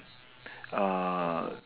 uh